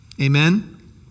Amen